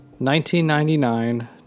1999